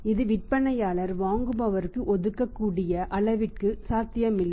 இது விற்பனையாளர் வாங்குபவருக்கு ஒதுக்கக்கூடிய அளவிற்கு சாத்தியமில்லை